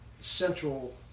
central